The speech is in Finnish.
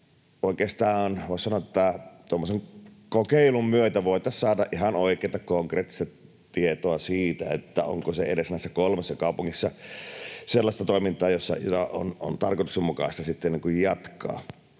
tuommoisen kokeilun myötä voitaisiin saada ihan oikeata, konkreettista tietoa siitä, onko se edes näissä kolmessa kaupungissa sellaista toimintaa, jota on tarkoituksenmukaista sitten